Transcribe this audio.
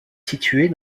située